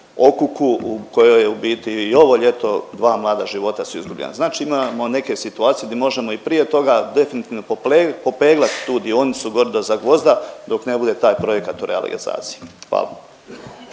u kojoj je u biti i ovo ljeto dva mlada života su izgubljena. Znači imamo neke situacije gdje možemo i prije toga definitivno popeglati tu dionicu gore do Zagvozda dok ne bude taj projekat u realizaciji. Hvala.